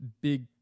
big